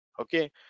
okay